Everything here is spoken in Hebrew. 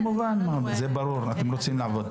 כמובן, זה ברור, אתם רוצים לעבוד.